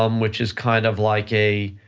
um which is kind of like, a,